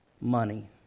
money